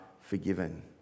forgiven